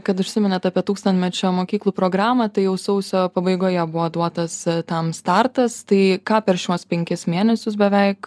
kad užsiminėt apie tūkstantmečio mokyklų programą tai jau sausio pabaigoje buvo duotas tam startas tai ką per šiuos penkis mėnesius beveik